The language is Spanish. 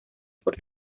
por